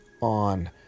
On